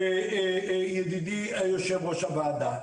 ידידי יו"ר הוועדה.